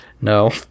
No